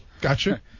gotcha